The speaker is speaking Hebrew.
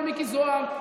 למיקי זוהר,